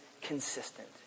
consistent